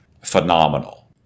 phenomenal